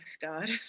god